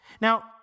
Now